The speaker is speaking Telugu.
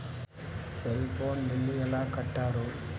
సెల్ ఫోన్ బిల్లు ఎలా కట్టారు?